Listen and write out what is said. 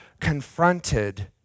confronted